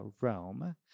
Rome